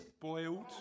boiled